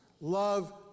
love